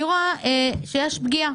אני רואה שיש פגיעה.